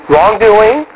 Wrongdoing